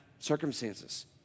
Circumstances